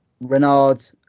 Renard